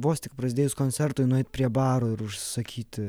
vos tik prasidėjus koncertui nueit prie baro ir užsakyti